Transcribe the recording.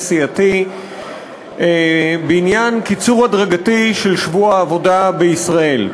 סיעתי בעניין קיצור הדרגתי של שבוע העבודה בישראל.